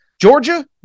Georgia